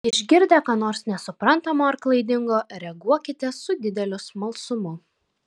išgirdę ką nors nesuprantamo ar klaidingo reaguokite su dideliu smalsumu